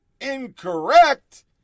incorrect